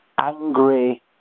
angry